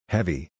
Heavy